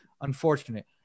Unfortunate